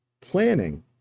planning